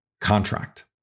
contract